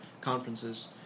conferences